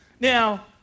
Now